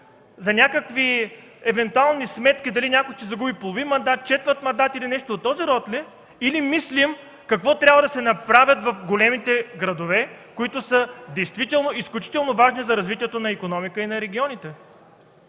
за някакви евентуални сметки – дали някой ще загуби половин мандат, четвърт мандат, или нещо от този род ли, или мислим какво трябва да се направи в големите градове, които са изключително важни за развитието на икономиката и на регионите?